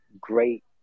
great